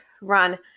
run